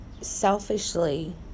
selfishly